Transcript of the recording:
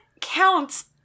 counts